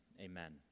Amen